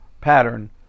pattern